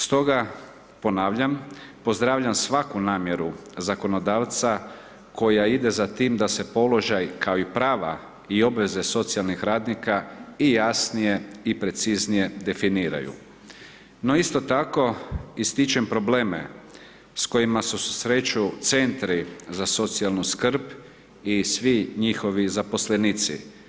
Stoga ponavljam, pozdravljam svaku namjeru zakonodavca koja ide za tim da se položaj kao i prava i obveze socijalnih radnika i jasnije i preciznije definiraju no isto tako ističem probleme s kojima se susreću CZSS-i i svi njihovi zaposlenici.